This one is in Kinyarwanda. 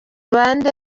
bande